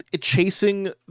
chasing